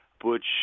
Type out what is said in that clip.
Butch